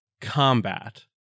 combat